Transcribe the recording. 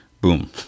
boom